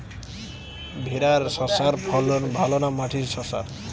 ভেরার শশার ফলন ভালো না মাটির শশার?